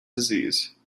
disease